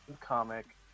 comic